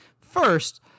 first